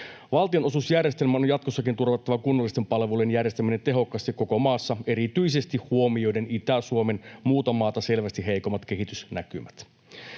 Valtionosuusjärjestelmän on jatkossakin turvattava kunnallisten palveluiden järjestäminen tehokkaasti koko maassa, erityisesti huomioiden Itä-Suomen muuta maata selvästi heikommat kehitysnäkymät.